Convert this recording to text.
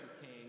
king